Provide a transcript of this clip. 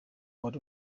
wari